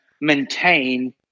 maintain